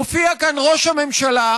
הופיע כאן ראש הממשלה,